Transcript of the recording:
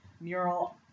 Mural